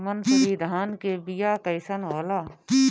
मनसुरी धान के बिया कईसन होला?